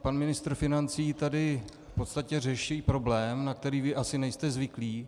Pan ministr financí tady v podstatě řeší problém, na který vy asi nejste zvyklí.